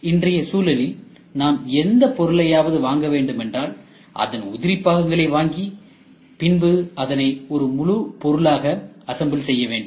இன்றைய சூழலில் நாம் எந்த பொருளையாவது வாங்க வேண்டுமென்றால் அதன் உதிரி பாகங்களை வாங்கி பின்பு அதனை ஒரு முழுப் பொருளாக அசெம்பிள் செய்ய வேண்டும்